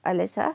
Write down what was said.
al-azhar